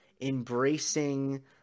embracing